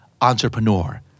Entrepreneur